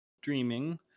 dreaming